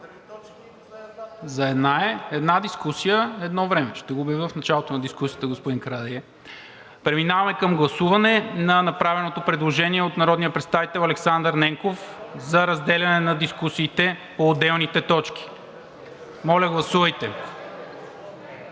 Една е. Една дискусия – едно време. Ще го обявя в началото на дискусията, господин Карадайъ. Преминаваме към гласуване на направеното предложение от народния представител Александър Ненков за разделяне на дискусиите по отделните точки. Моля, гласувайте.